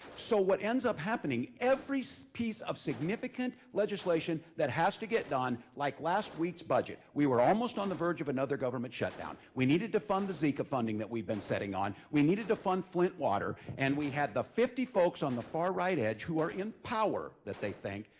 so what ends up happening, every so piece of significant legislation that has to get done, like last week's budget, we were almost on the verge of another government shutdown, we needed to fund the seca funding that we'd been setting on, we needed to fund flint water, and we had the fifty folks on the far right edge that are in power, that they think,